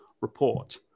report